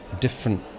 different